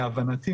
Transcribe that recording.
להבנתי,